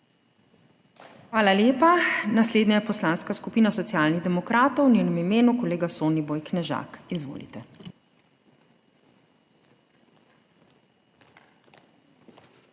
Hvala lepa. Naslednja je Poslanska skupina Socialnih demokratov, v njenem imenu kolega Soniboj Knežak. Izvolite.